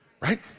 Right